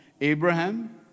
Abraham